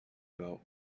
about